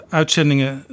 uitzendingen